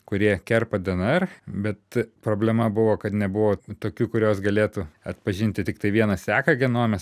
kurie kerpa dnr bet problema buvo kad nebuvo tokių kurios galėtų atpažinti tiktai vieną seką genome